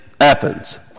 Athens